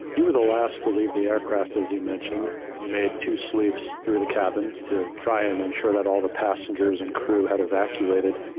you were the last to leave the aircraft. as you mentioned, you made two sweeps through the cabin to try and ensure that all the passengers and crew had evacuated.